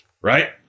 right